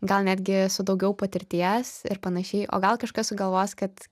gal netgi su daugiau patirties ir panašiai o gal kažkas sugalvos kad